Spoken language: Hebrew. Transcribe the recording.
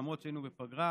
למרות שהיינו בפגרה